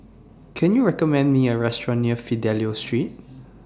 Can YOU recommend Me A Restaurant near Fidelio Street